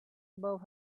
above